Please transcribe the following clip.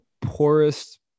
poorest